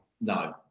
No